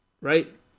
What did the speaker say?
right